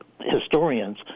historians